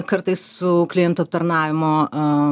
kartais su klientų aptarnavimo